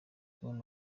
bamwe